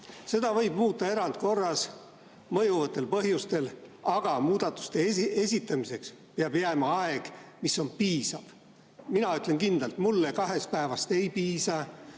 Seda võib muuta erandkorras mõjuvatel põhjustel, aga muudatuste esitamiseks peab jääma aeg, mis on piisav. Mina ütlen kindlalt: mulle kahest päevast ei piisa.